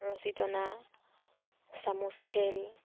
ৰছী টনা চামুচ খেল